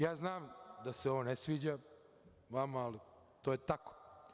Ja znam da se ovo ne sviđa vama, ali, to je tako.